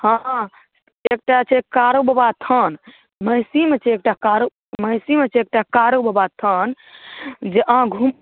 हँ एकटा छै कारूबाबा थान महिषीमे छै एकटा कारू महिषीमे छै एकटा कारूबाबा थान जे अहाँ घुम